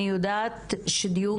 אני יודעת שלדיון